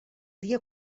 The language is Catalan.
dia